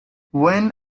when